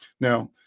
Now